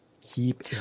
keep